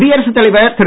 குடியரசுத் தலைவர் திரு